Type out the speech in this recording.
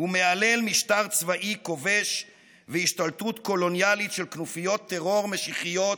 ומהלל משטר צבאי כובש והשתלטות קולוניאלית של כנופיות טרור משיחיות